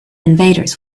invaders